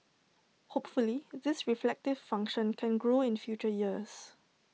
hopefully this reflective function can grow in future years